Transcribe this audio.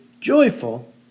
joyful